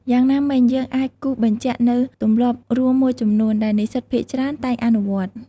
យ៉ាងណាមិញ យើងអាចគូសបញ្ជាក់នូវទម្លាប់រួមមួយចំនួនដែលនិស្សិតភាគច្រើនតែងអនុវត្ត។